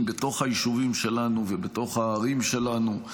בתוך היישובים שלנו ובתוך הערים שלנו,